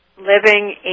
living